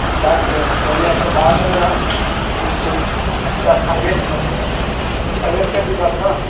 চারজন মানে একটা বাস হবে না নিশ্চয়ই একটা প্রাইভেট কার প্রাইভেট কার কি দরকার